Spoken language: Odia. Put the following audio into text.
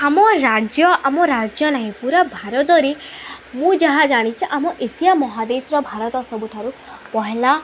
ଆମ ରାଜ୍ୟ ଆମ ରାଜ୍ୟ ନାହିଁ ପୁରା ଭାରତରେ ମୁଁ ଯାହା ଜାଣିଛେ ଆମ ଏସିଆ ମହାଦେଶର ଭାରତ ସବୁଠାରୁ ପହେଲା